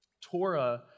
Torah